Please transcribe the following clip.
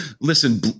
listen